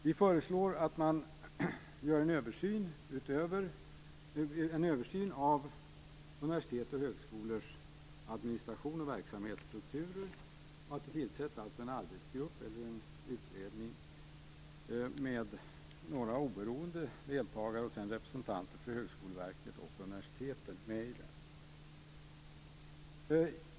Vi föreslår att man gör en översyn av universitets och högskolors administration, verksamhet och strukturer och att det tillsätts en arbetsgrupp eller en utredning med några oberoende deltagare och med representanter för Högskoleverket och för universiteten.